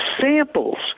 samples